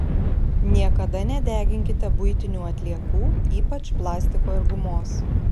niekada nedeginkite buitinių atliekų ypač plastiko ir gumos